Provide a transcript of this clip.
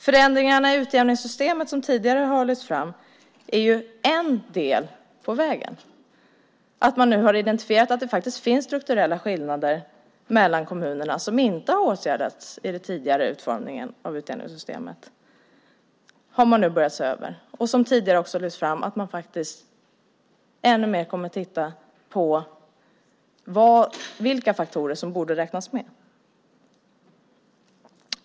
Förändringarna i utjämningssystemet, som tidigare har lyfts fram, är en del på vägen. De strukturella skillnader som funnits mellan kommunerna i den tidigare utformningen av utjämningssystemet har man nu börjat se över. Och som tidigare har lyfts fram kommer man att titta ännu mer på vilka faktorer som borde tas med.